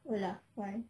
olaf why